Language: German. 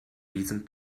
diesem